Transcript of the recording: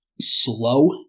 slow